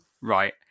right